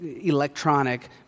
electronic